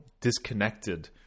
disconnected